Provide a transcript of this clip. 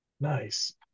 Nice